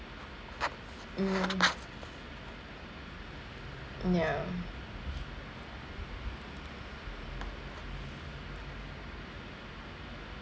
mm ya